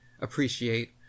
appreciate